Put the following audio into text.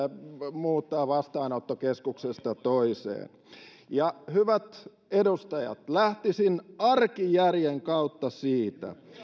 muuttaa vastaanottokeskuksesta toiseen ja hyvät edustajat lähtisin arkijärjen kautta siitä